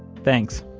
thanks,